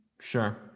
Sure